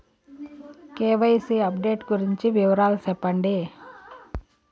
KYC update గురించి వివరాలు సెప్పండి?